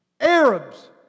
Arabs